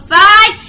five